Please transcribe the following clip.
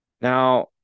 Now